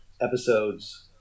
Episodes